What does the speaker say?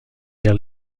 gère